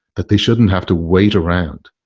that they shouldn't have to wait around.